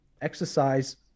exercise